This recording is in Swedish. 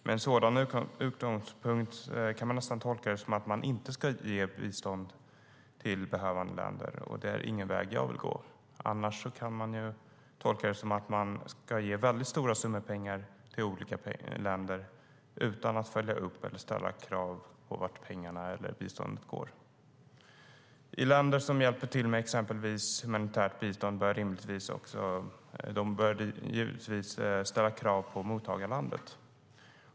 Med en sådan utgångspunkt kan man nästan tolka det som att man inte ska ge bistånd till behövande länder, och det är ingen väg som jag vill gå. Annars kan man tolka det som att man ska ge väldigt stora summor pengar till olika länder utan att följa upp eller ställa krav på vart pengarna eller biståndet går. Länder som hjälper till med exempelvis humanitärt bistånd bör givetvis ställa krav på mottagarlandet.